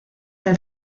del